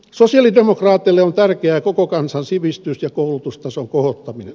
sosialidemokraateille on tärkeää koko kansan sivistys ja koulutustason kohottaminen